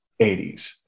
80s